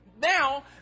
Now